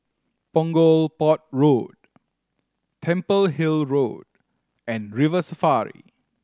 Punggol Port Road Temple Hill Road and River Safari